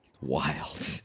Wild